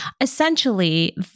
essentially